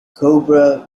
cobra